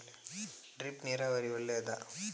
Drip ನೀರಾವರಿ ಒಳ್ಳೆಯದೇ?